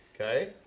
Okay